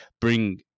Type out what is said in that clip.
bring